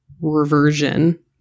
reversion